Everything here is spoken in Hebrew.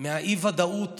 מהאי-ודאות